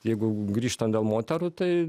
jeigu grįžtant dėl moterų tai